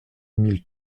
mille